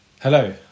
Hello